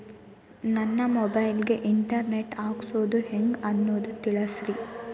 ನನ್ನ ಮೊಬೈಲ್ ಗೆ internet ಹಾಕ್ಸೋದು ಹೆಂಗ್ ಅನ್ನೋದು ತಿಳಸ್ರಿ